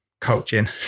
coaching